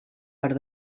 per